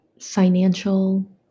financial